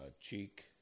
cheek